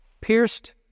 pierced